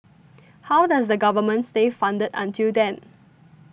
how does the Government stay funded until then